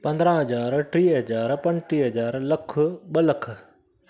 पंदरहां हज़ार टीह हज़ार पंटीह हज़ार लखु ॿ लख